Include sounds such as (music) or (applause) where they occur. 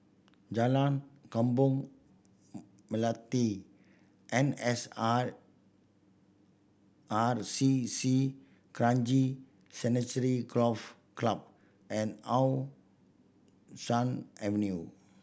Jalan Kembang (unintelligible) Melati N S R R C C Kranji Sanctuary Golf Club and How Sun Avenue